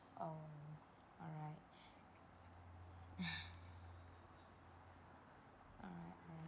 oh alright